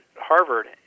Harvard